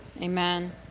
Amen